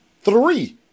three